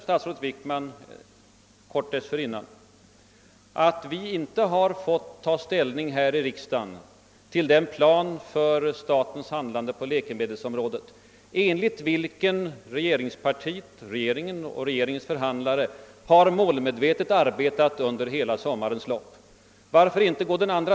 Statsrådet Wickman erkände kort dessförinnan att riksdagen inte har fått ta ställning till den plan för statens handlande på läkemedelsområdet på vilken regeringen och regeringens förhandlare målmedvetet arbetat under hela sommaren. Varför inte?